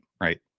right